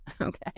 Okay